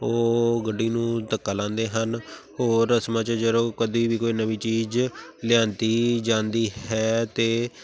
ਉਹ ਗੱਡੀ ਨੂੰ ਧੱਕਾ ਲਾਉਂਦੇ ਹਨ ਹੋਰ ਰਸਮਾਂ 'ਚ ਜਦੋਂ ਕਦੀ ਵੀ ਕੋਈ ਨਵੀਂ ਚੀਜ਼ ਲਿਆਉਂਦੀ ਜਾਂਦੀ ਹੈ ਅਤੇ